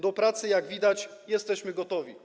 Do pracy, jak widać, jesteśmy gotowi.